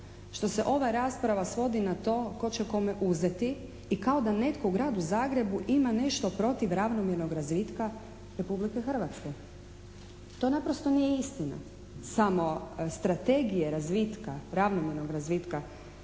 što se ova rasprava svodi na to tko će kome uzeti i kao da netko u Gradu Zagrebu ima nešto protiv ravnomjernog razvitka Republike Hrvatske. To naprosto nije istina. Same strategije razvitka, ravnomjernog razvitka